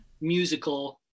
musical